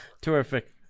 Terrific